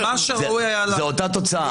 זו אותה תוצאה.